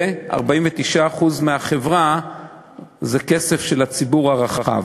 ו-49% מהחברה זה כסף של הציבור הרחב.